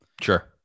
sure